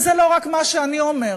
וזה לא רק מה שאני אומרת,